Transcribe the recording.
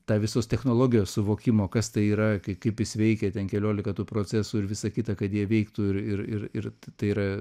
ta visos technologijos suvokimo kas tai yra kaip jis veikia ten keliolika tų procesų ir visa kita kad jie veiktų ir ir ir tai yra